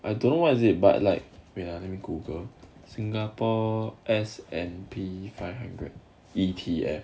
I don't know what is it but like ya let me google singapore S&P five hundred E_T_F